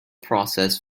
process